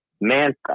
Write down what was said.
Manta